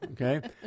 Okay